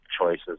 choices